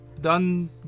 done